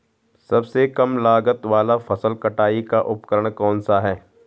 सबसे कम लागत वाला फसल कटाई का उपकरण कौन सा है?